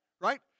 Right